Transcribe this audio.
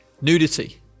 nudity